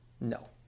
No